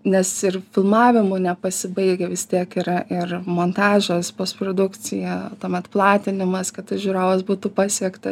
nes ir filmavimu nepasibaigia vis tiek yra ir montažas postprodukcija tuomet platinimas kad tas žiūrovas būtų pasiekta